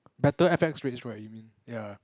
better F_X rates right you mean ya